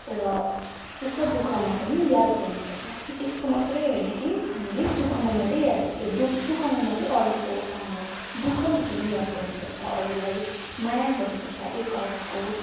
र सुख दुःखमा पनि याद गर्नु पर्छ एस्तो मत्रै हैन कि हामीले सुखमा मत्तै याद सुखमा मात्र अरुको काम आऊ दुःखमा पनि याद गर्नु पर्छ अरूलाई माया गर्नु पर्छ एक अर्काको